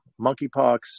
monkeypox